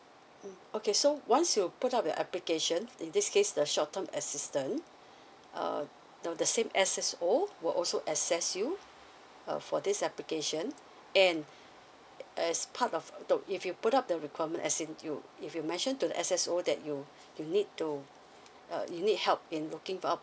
um okay so once you put up your application in this case the short term assistance uh now the same S_S_O were also access you uh for this application and as part of now if you put up the requirement as in you if you mention to the S_S_O that you you need to uh you need help in looking up